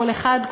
כל אחד,